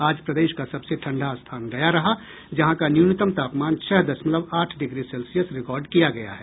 आज प्रदेश का सबसे ठंडा स्थान गया रहा जहां का न्यूनतम तापमान छह दशमलव आठ डिग्री सेल्सियस रिकॉर्ड किया गया है